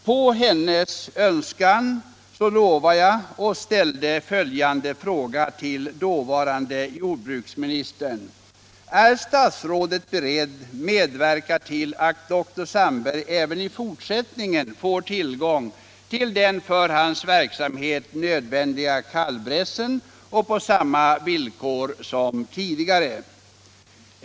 På hennes önskan ställde jag följande fråga till dåvarande jordbruksministern: Är statsrådet beredd medverka till att dr Sandberg även i fortsättningen får tillgång till den för hans verksamhet nödvändiga kalvbrässen på samma villkor som tidigare?